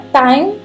time